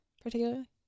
Particularly